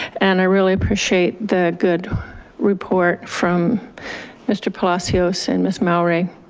and i really appreciate the good report from mr. palacios and miss mallory.